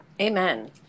amen